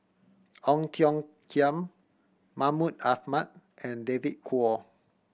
Ong Tiong Khiam Mahmud Ahmad and David Kwo